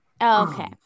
Okay